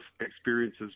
experiences